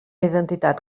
identitat